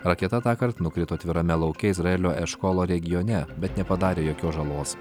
raketa tąkart nukrito atvirame lauke izraelio eškolo regione bet nepadarė žalos